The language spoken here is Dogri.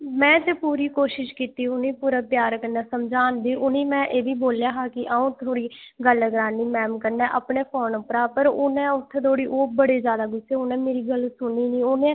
में ते पूरी कोशश कीती उ'नें ई पूरा प्यार कन्नै समझान दी उ'नें ई में एह् बी बोल्लेआ हा कि अ'ऊं थुआढ़ी गल्ल करान्नी मैम कन्नै अपने फोन उप्परा पर उ'नें उत्थै धोड़ी ओह् बड़े जैदा गुस्से हे उ'नें मेरी गल्ल सुनी निं उ'नें